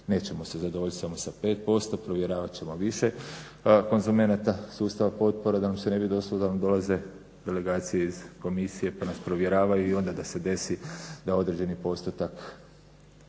nećemo se zadovoljiti samo sa 5% provjeravat ćemo više konzumenata sustava potpora da nam se ne bi desilo da nam dolaze delegacije iz komisije pa nas provjeravaju i onda da se desi da određeni postotak